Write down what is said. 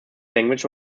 language